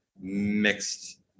mixed